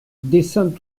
descends